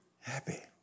happy